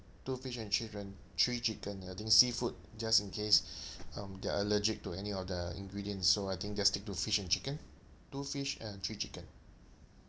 two fish and chip and three chicken I think seafood just in case um they're allergic to any of the ingredients so I think just stick to fish and chicken two fish and three chicken